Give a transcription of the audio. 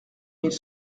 mille